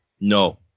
No